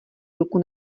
ruku